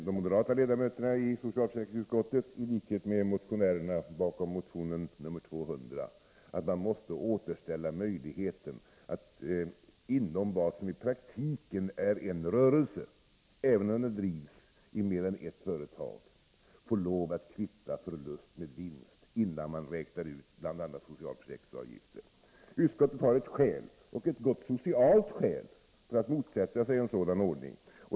De moderata ledamöterna i socialförsäkringsutskottet menar, i likhet med motionärerna bakom motion 200, att vi måste återställa möjligheten att inom vad som i praktiken är en rörelse — även när den drivs i mer än ett företag — kvitta förlust mot vinst innan man räknar ut bl.a. socialförsäkringsavgifter. Utskottet har ett skäl — ett gott socialt skäl — för att motsätta sig en sådan ordning.